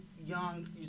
young